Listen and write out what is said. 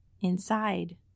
Inside